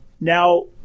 now